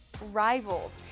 rivals